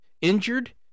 injured